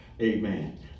Amen